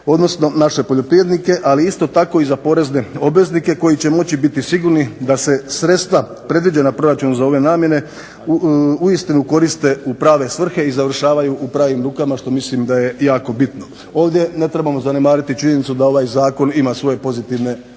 odnosno naše poljoprivrednike, ali isto tako i za porezne obveznike koji će moći biti sigurni da se sredstva predviđena proračunom za ove namjene uistinu koriste u prave svrhe i završavaju u pravim rukama što mislim da je jako bitno. Ovdje ne trebamo zanemariti činjenicu da ovaj zakon ima svoje pozitivne